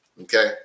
Okay